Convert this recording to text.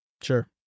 Sure